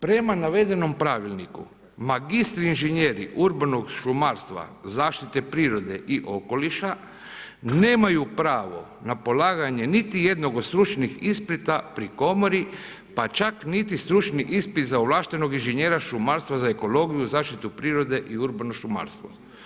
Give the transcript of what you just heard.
Prema navedenom pravilniku magistri inženjeri urbanog šumarstva zaštite prirode i okoliša, nemaju pravo na polaganje niti jednog od stručnih ispita pri komori pa čak niti stručni ispit za ovlaštenog inženjera šumarstva za ekologiju, zaštitu prirode i urbano šumarstvo.